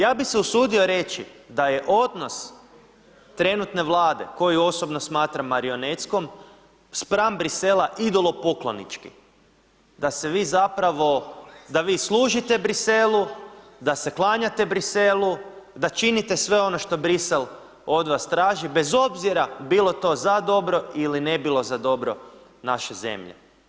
Ja bih se usudio reći da je odnos trenutne Vlade koju osobno smatram marionetskom spram Brisela idolopoklonički da se vi zapravo, da vi služite Briselu, da se klanjate Briselu, da činite sve ono što Brisel od vas traži bez obzira bilo to za dobro ili ne bilo za dobro naše zemlje.